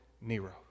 Nero